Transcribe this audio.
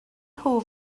nhw